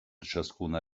ciascuna